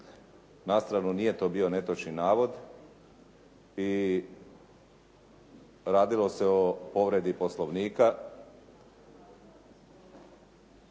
Na stranu, nije to bio netočni navod i radilo se o povredi Poslovnika.